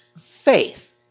faith